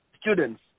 students